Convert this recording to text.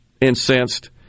incensed